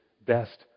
best